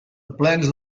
plens